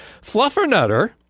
Fluffernutter